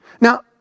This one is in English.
Now